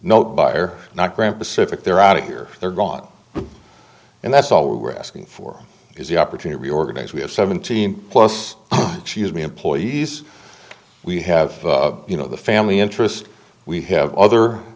note buyer not graham pacific they're out of here they're gone and that's all we're asking for is the opportunity reorganize we have seventeen plus she has me employees we have you know the family interest we have other